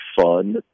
fun